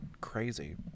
crazy